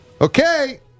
Okay